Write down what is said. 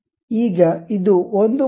ಈಗ ಇದು 1